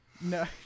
No